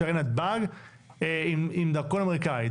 שערי נתב"ג עם דרכון אמריקאי,